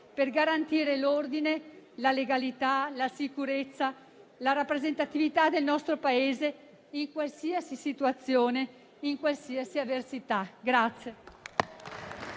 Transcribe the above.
a garantire l'ordine, la legalità, la sicurezza e la rappresentatività del nostro Paese in qualsiasi situazione e in qualsiasi avversità.